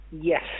Yes